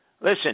listen